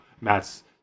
Matt's